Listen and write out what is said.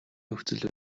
нөхцөл